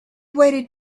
waited